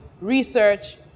research